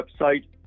website